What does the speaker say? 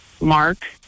mark